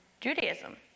Judaism